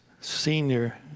Senior